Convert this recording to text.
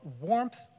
warmth